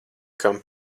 kam